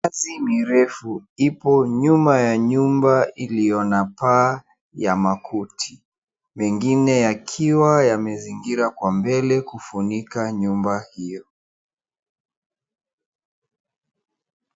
Minazi mirefu ipo nyuma ya nyumba ilio na paa ya makuti mengine yakiwa yamezingira kwa mbele kufunika nyumba hio.